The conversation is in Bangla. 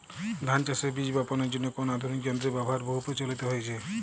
ধান চাষের বীজ বাপনের জন্য কোন আধুনিক যন্ত্রের ব্যাবহার বহু প্রচলিত হয়েছে?